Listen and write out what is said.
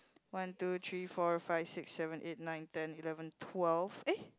one two three four five six seven eight nine ten eleven twelve eh